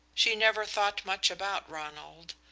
she never thought much about ronald.